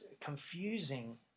confusing